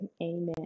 Amen